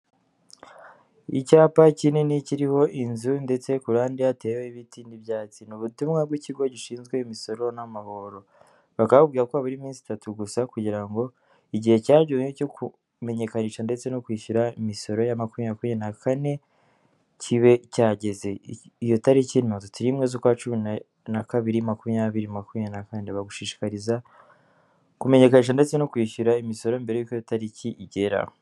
Icyapa kinini kiriho inzu ndetse ku ruhande hateweho ibiti n'ibyatsi. Ni ubutumwa bw'ikigo gishinzwe imisoro n'amahoro. Bakaba bababwira ko habura iminsi itatu gusa kugira ngo igihe cyagenwe cyo kumenyekanisha ndetse no kwishyura imisoro ya makumyabiri makumyabiri na kane kibe cyageze. Iyo tariki ni mirongo itatu n'imwe z'ukwa cumi na kabiri, makumyabiri makumyabiri na kane. Bagushishikariza kumenyekanisha ndetse no kwishyura imisoro mbere yuko iyo itariki igera.